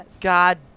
God